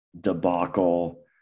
debacle